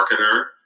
Marketer